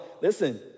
Listen